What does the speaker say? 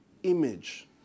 Image